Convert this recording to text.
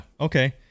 okay